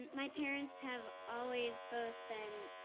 my parents have always both been